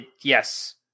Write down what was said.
Yes